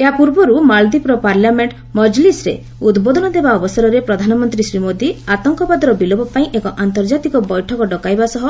ଏହା ପୂର୍ବରୁ ମାଳଦ୍ୱୀପର ପାର୍ଲାମେଣ୍ଟ ମଜଲିସ୍ରେ ଉଦ୍ବୋଧନ ଦେବା ଅବସରରେ ପ୍ରଧାନମନ୍ତ୍ରୀ ଶ୍ରୀ ମୋଦି ଆତଙ୍କବାଦର ବିଲୋପପାଇଁ ଏକ ଆନ୍ତର୍ଜାତିକ ବୈଠକ ଡକାଇବା ସହ